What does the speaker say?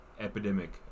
epidemic